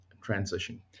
transition